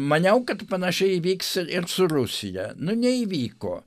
maniau kad panašiai įvyks ir ir su rusija nu neįvyko